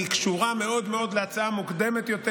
היא קשורה מאוד מאוד להצעה המוקדמת יותר